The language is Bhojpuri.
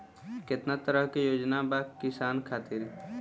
केतना तरह के योजना बा किसान खातिर?